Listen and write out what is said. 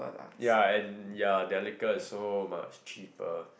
ya and ya their liquor is so much cheaper